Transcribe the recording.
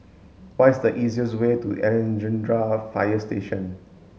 what is the easiest way to Alexandra Fire Station